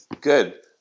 Good